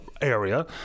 area